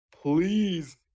Please